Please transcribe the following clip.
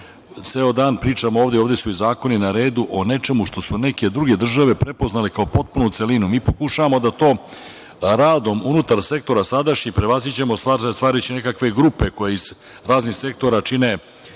dan pričamo ovde su i zakoni na redu o nečemu što su neke države prepoznale kako potpunu celinu. Mi pokušavamo da to radom unutar sektora sadašnjih prevaziđemo stvarajući nekakve grupe koje ih raznih sektora čine,